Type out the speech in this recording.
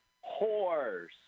Horse